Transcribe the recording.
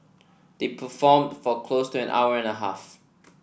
they performed for close to an hour and a half